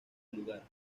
lugar